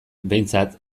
behintzat